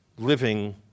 living